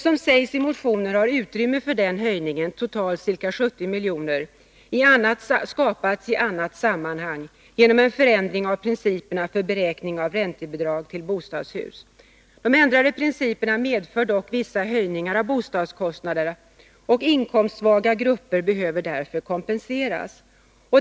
Som sägs i motionen har utrymme för den höjningen — totalt ca 70 miljoner — skapats i annat sammanhang genom en förändring av principerna för beräkning av räntebidrag till bostadshus. De ändrade principerna medför dock vissa höjningar av bostadskostnaderna. Inkomstsvaga grupper behöver därför kompenseras.